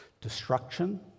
Destruction